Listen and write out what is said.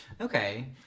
Okay